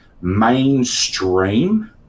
mainstream